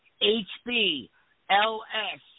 H-B-L-S